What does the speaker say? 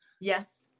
Yes